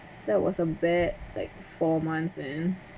that was a bad like four months man